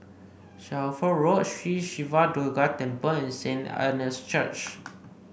Shelford Road Sri Siva Durga Temple and Saint Anne's Church